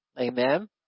amen